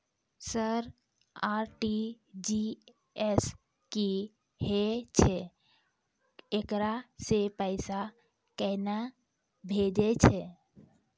Sir RTGS की होय छै, एकरा से पैसा केना भेजै छै?